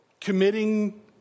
committing